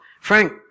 Frank